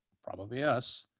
probably yes,